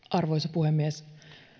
arvoisa puhemies